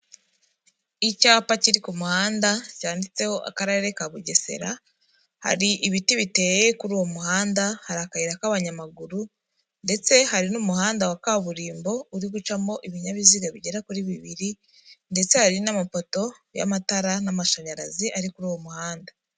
Icyapa kiri ku muhanda cyanditseho akarere ka Bugesera, hari ibiti biteye kuri uwo muhanda, hari akayira k'abanyamaguru ndetse hari n'umuhanda wa kaburimbo uri gucamo ibinyabiziga bigera kuri bibiri, ndetse hari n'amapoto y'amatara n'amashanyarazi ari kuri uwo muhanda.